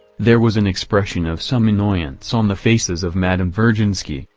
there was an expression of some annoyance on the faces of madame virginsky,